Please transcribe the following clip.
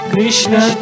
Krishna